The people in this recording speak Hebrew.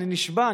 אני נשבע,